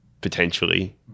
potentially